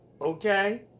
Okay